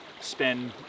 spend